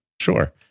Sure